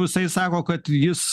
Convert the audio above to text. jisai sako kad jis